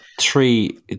three